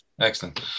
excellent